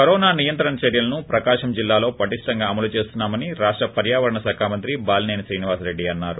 corona నియంత్రణ చర్యలను ప్రకాశం జిల్లాలో పటిష్టంగా అమలు చేస్తున్నామని రాష్ట పర్యావరణ శాఖ మంత్రి బాలిసేని క్రీనివాసరెడ్డి అన్నారు